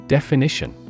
Definition